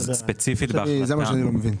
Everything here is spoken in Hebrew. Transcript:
זה מה שאני לא מבין.